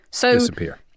Disappear